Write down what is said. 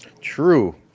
True